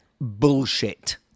Bullshit